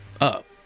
Up